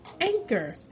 anchor